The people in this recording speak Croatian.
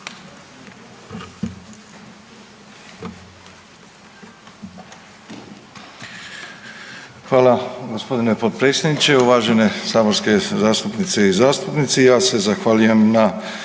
Hvala gospodine potpredsjedniče. Uvažene saborske zastupnice i zastupnici, ja se zahvaljujem na